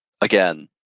again